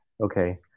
Okay